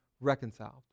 reconciled